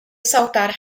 saltar